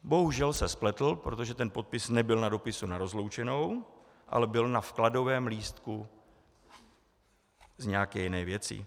Bohužel se spletl, protože ten podpis nebyl na dopise na rozloučenou, ale byl na vkladovém lístku z nějaké jiné věci.